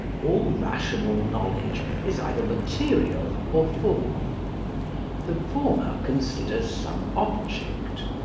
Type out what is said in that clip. all rational knowledge is either material or formal the former considers some object,